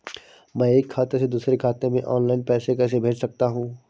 मैं एक खाते से दूसरे खाते में ऑनलाइन पैसे कैसे भेज सकता हूँ?